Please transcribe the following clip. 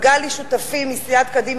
מגלי, שותפי מסיעת קדימה,